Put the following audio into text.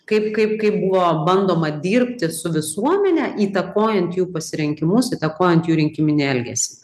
kaip kaip kaip buvo bandoma dirbti su visuomene įtakojant jų pasirinkimus įtakojant jų rinkiminį elgesį